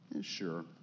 sure